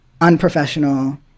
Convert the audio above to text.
unprofessional